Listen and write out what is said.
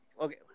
okay